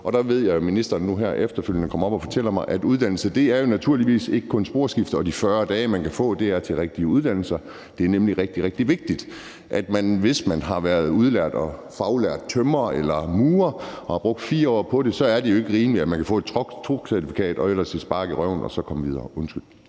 Og jeg ved, at ministeren nu her efterfølgende kommer op og fortæller mig, at en uddannelse naturligvis ikke kun er et sporskifte, og at de 40 dage, man kan få, er til rigtige uddannelser. Det er nemlig rigtig, rigtig vigtigt. Hvis man er udlært og faglært tømrer eller murer og har brugt 4 år på det, er det jo ikke rimeligt, at man kan få et truckcertifikat og ellers et spark i røven og så komme videre. Undskyld,